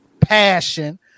passion